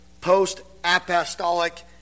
post-apostolic